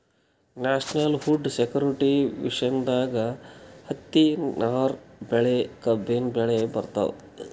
national food security ಮಿಷನ್ದಾಗ್ ಹತ್ತಿ, ನಾರ್ ಬೆಳಿ, ಕಬ್ಬಿನ್ ಬೆಳಿ ಬರ್ತವ್